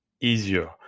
easier